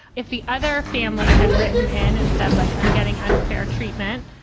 if the other family had written in and said, like, i'm getting unfair treatment,